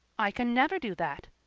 i can never do that,